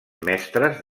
mestres